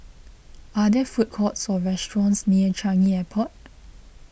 are there food courts or restaurants near Changi Airport